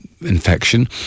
infection